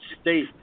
state